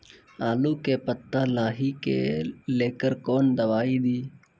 आलू के पत्ता लाही के लेकर कौन दवाई दी?